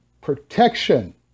protection